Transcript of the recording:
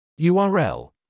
URL